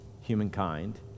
humankind